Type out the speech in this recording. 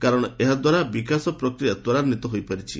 କାରଣ ଏହା ଦ୍ୱାରା ବିକାଶ ପ୍ରକ୍ରିୟା ତ୍ୱରାନ୍ୱିତ ହୋଇପାରିଛି